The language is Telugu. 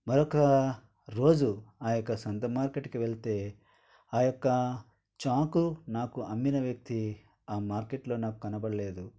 మరొక రోజు ఆ యొక్క సొంత మార్కెట్ కి వెళ్తే ఆ యొక్క చాకు నాకు అమ్మిన వ్యక్తి ఆ మార్కెట్ లో నాకు కనబడలేదు